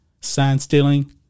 sign-stealing